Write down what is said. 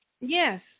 yes